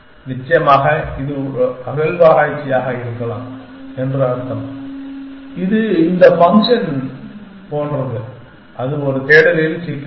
நிச்சயமாக இது ஒரு அகழ்வாராய்ச்சியாக இருக்கலாம் என்று அர்த்தம் இது இந்தச் ஃபங்க்ஷனைப் போன்றது அது ஒரு தேடலில் சிக்கல் இல்லை